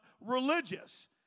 religious